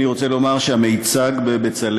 אני רוצה לומר שהמיצג ב"בצלאל",